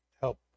help